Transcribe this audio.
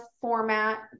format